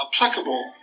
applicable